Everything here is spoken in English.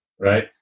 right